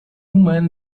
men